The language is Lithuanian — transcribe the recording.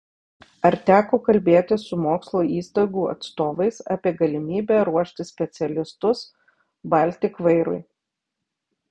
ar teko kalbėtis su mokslo įstaigų atstovais apie galimybę ruošti specialistus baltik vairui